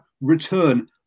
return